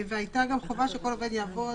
והייתה גם חובה שכל עובד יעבוד,